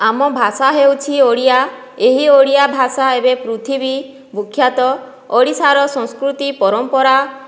ଆମ ଭାଷା ହେଉଛି ଓଡ଼ିଆ ଏହି ଓଡ଼ିଆ ଭାଷା ଏବେ ପୃଥିବୀ ବିଖ୍ୟାତ ଓଡ଼ିଶାର ସଂସ୍କୃତି ପରମ୍ପରା